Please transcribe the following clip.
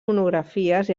monografies